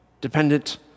dependent